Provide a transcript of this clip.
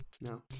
No